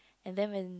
and then when